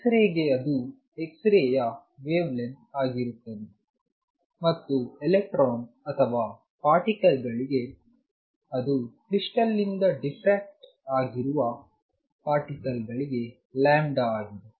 X ರೆಗೆ ಅದು X ರೆಯ ವೇವ್ ಲೆಂತ್ ಆಗಿರುತ್ತದೆ ಮತ್ತು ಎಲೆಕ್ಟ್ರಾನ್ ಅಥವಾ ಪಾರ್ಟಿಕಲ್ ಗಳಿಗೆ ಅದು ಕ್ರಿಸ್ಟಲ್ ನಿಂದ ಡಿಫ್ರ್ಯಾಕ್ಟ್ ಆಗಿರುವ ಪಾರ್ಟಿಕಲ್ಗಳಿಗೆ ಆಗಿದೆ